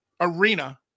arena